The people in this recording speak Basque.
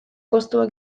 kostua